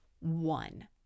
one